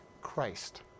Christ